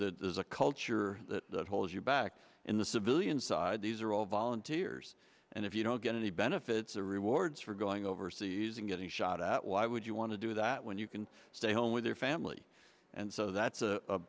there's a culture that holds you back in the civilian side these are all volunteers and if you don't get any benefits or rewards for going overseas and getting shot at why would you want to do that when you can stay home with their family and so that's